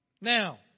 Now